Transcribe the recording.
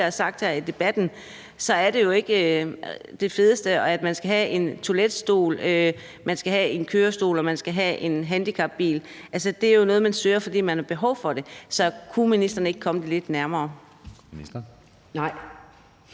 have en toiletstol, at man skal have en kørestol, eller at man skal have en handicapbil. Det er jo noget, man søger, fordi man har behov for det. Så kunne ministeren ikke komme det lidt nærmere?